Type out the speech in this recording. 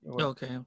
Okay